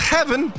Heaven